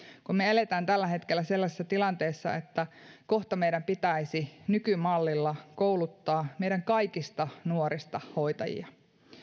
kun me elämme tällä hetkellä sellaisessa tilanteessa että kohta meidän pitäisi nykymallilla kouluttaa meidän kaikista nuorista hoitajia